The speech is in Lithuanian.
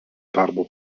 darbo